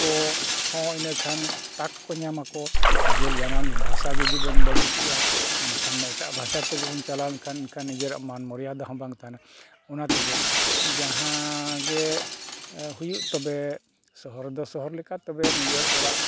ᱠᱚ ᱦᱚᱸ ᱤᱱᱟᱹᱠᱷᱟᱱ ᱛᱟᱠ ᱠᱚ ᱧᱟᱢ ᱟᱠᱚ ᱱᱤᱡᱮᱨ ᱡᱟᱱᱟᱢ ᱵᱷᱟᱥᱟ ᱡᱩᱫᱤ ᱵᱚᱱ ᱵᱟᱹᱜᱤ ᱠᱮᱜᱼᱟ ᱮᱱᱠᱷᱟᱱ ᱢᱟ ᱮᱴᱟᱜ ᱵᱷᱟᱥᱟ ᱛᱮᱜᱮ ᱵᱚᱱ ᱪᱟᱞᱟᱣ ᱞᱮᱱᱠᱷᱟᱱ ᱚᱱᱠᱟ ᱱᱤᱡᱮᱨᱟᱜ ᱢᱟᱱ ᱢᱚᱨᱡᱟᱫᱟ ᱦᱚᱸ ᱵᱟᱝ ᱛᱟᱦᱮᱱᱟ ᱚᱱᱟ ᱛᱮᱜᱮ ᱡᱟᱦᱟᱸ ᱜᱮ ᱦᱩᱭᱩᱜ ᱛᱚᱵᱮ ᱥᱚᱦᱚᱨ ᱫᱚ ᱥᱚᱦᱚᱨ ᱞᱮᱠᱟ ᱛᱚᱵᱮ ᱱᱤᱡᱮᱨ ᱚᱲᱟᱜ